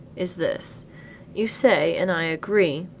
is this you say, and i agree,